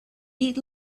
eat